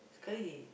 sekali he